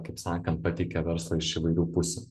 kaip sakant pateikia verslą iš įvairių pusių